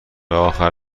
آخر